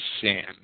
sin